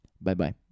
Bye-bye